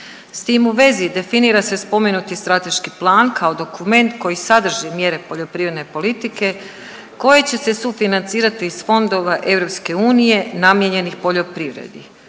S tim u vezi definira se spomenuti strateški plan kao dokument koji sadrži mjere poljoprivredne politike koji će se sufinancirati iz fondova EU namijenjenih poljoprivredi.